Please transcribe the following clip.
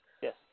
Yes